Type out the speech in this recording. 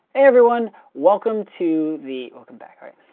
everyone. welcome to the welcome back, right.